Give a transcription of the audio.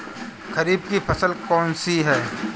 खरीफ की फसल कौन सी है?